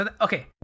okay